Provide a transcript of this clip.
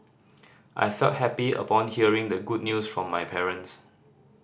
I felt happy upon hearing the good news from my parents